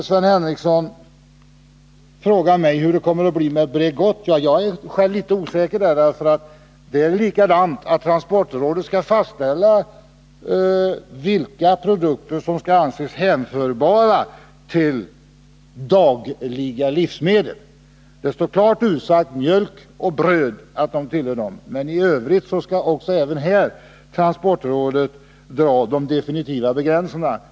Sven Henricsson frågar mig till sist hur det kommer att bli med Bregott. Ja, jag är själv litet osäker på den punkten. Det är likadant här, nämligen att transportrådet skall fastställa vilka produkter som skall anses hänförbara till dagliga livsmedel. Det står klart utsagt att mjölk och bröd tillhör dem, men i Övrigt skall även här transportrådet ange de definitiva begränsningarna.